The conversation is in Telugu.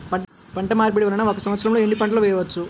పంటమార్పిడి వలన ఒక్క సంవత్సరంలో ఎన్ని పంటలు వేయవచ్చు?